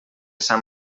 sant